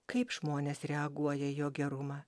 kaip žmonės reaguoja į jo gerumą